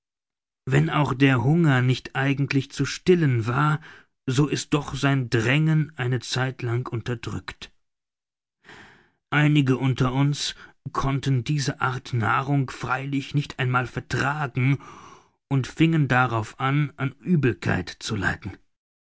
wenn auch der hunger nicht eigentlich zu stillen war so ist doch sein drängen eine zeit lang unterdrückt einige unter uns konnten diese art nahrung freilich nicht einmal vertragen und fingen darauf an an uebelkeiten zu leiden